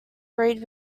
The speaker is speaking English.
breed